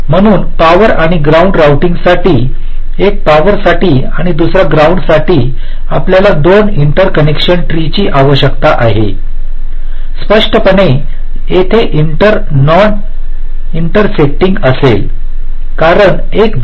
म्हणून पॉवर आणि ग्राउंड राउटिंगसाठी एक पॉवर साठी आणि दुसरा ग्राउंडसाठी आपल्याला दोन इंटरकनेक्शन ट्रीची आवश्यकता आहे स्पष्टपणे तेथे इंटर नॉन इंतेरसेकटिंग असेल कारण एक व्ही